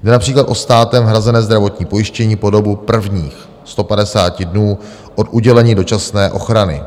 Jde například o státem hrazené zdravotní pojištění po dobu prvních 150 dnů od udělení dočasné ochrany.